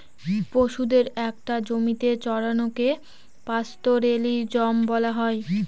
পশুদের একটা জমিতে চড়ানোকে পাস্তোরেলিজম বলা হয়